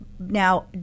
Now